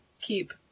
keep